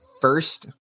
first